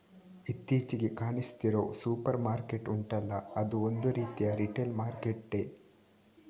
ಇತ್ತೀಚಿಗೆ ಕಾಣಿಸ್ತಿರೋ super market ಉಂಟಲ್ಲ ಅದೂ ಒಂದು ರೀತಿಯ ರಿಟೇಲ್ ಮಾರ್ಕೆಟ್ಟೇ